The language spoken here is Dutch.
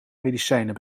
medicijnen